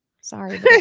Sorry